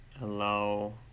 allow